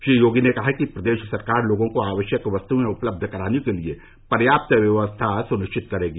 श्री योगी ने कहा कि प्रदेश सरकार लोगों को आवश्यक वस्तुएं उपलब्ध कराने के लिए पर्याप्त व्यवस्था सुनिश्चित करेगी